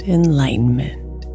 enlightenment